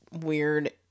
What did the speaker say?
weird